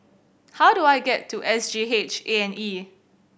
how do I get to S G H A and E